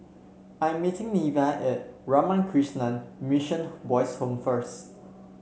I'm meeting Neva at Ramakrishna Mission Boys' Home first